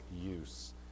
use